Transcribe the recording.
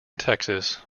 texas